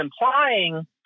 implying